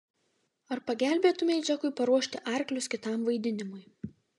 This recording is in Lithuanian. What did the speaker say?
ar pagelbėtumei džekui paruošti arklius kitam vaidinimui